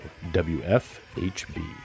WFHB